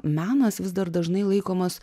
menas vis dar dažnai laikomas